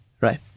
right